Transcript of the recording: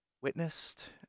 witnessed